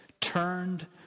turned